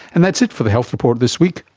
and that's it for the health report this week.